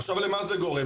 עכשיו, למה זה גורם?